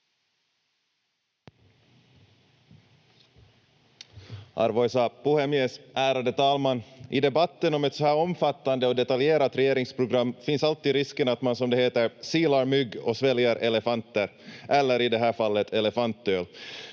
Arvoisa puhemies, ärade talman! I debatten om ett så här omfattande och detaljerat regeringsprogram finns alltid risken att man, som det heter, silar mygg och sväljer elefanter, eller i det här fallet elefantöl.